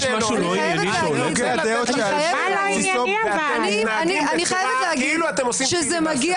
זה נשמע כאילו אתם עושים פיליבסטר.